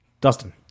dustin